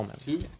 two